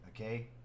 okay